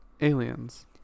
Aliens